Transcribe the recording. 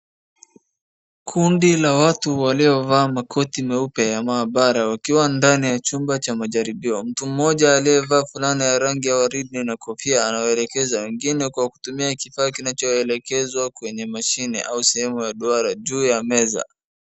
Kundi la watu waliovaa makoti meupe ya maabara wakiwa ndani ya chumba cha majaribio. Mtu mmoja aliyevaa fulana ya rangi ya waridi na kofia anawaelekeza wengine kwa kutumia kifaa kinacho elekezwa kwenye mashine ausehemu ya duara juu ya meza.